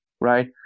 right